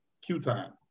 Q-Time